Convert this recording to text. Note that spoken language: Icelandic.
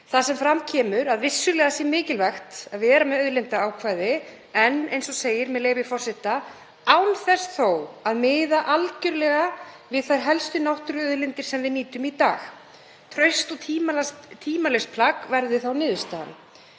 þar sem fram kemur að vissulega sé mikilvægt að við séum með auðlindaákvæði en, eins og segir, með leyfi forseta, „án þess þó að miða algjörlega við þær helstu náttúruauðlindir sem við nýtum í dag“. Traust og tímalaust plagg verði þá niðurstaðan.